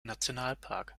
nationalpark